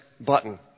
button